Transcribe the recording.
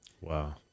Wow